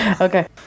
Okay